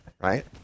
right